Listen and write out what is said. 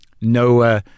no